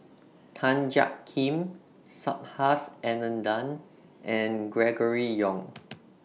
Tan Jiak Kim Subhas Anandan and Gregory Yong